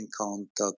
contact